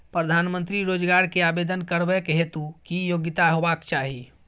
प्रधानमंत्री रोजगार के आवेदन करबैक हेतु की योग्यता होबाक चाही?